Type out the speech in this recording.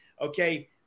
Okay